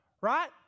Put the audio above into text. Right